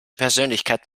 persönlichkeit